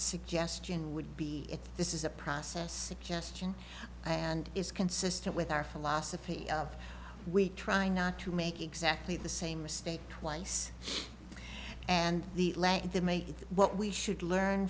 suggestion would be that this is a process suggestion and is consistent with our philosophy of we try not to make exactly the same mistake twice and the leg to make what we should learn